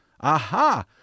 Aha